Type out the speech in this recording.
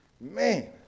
Man